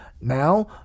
now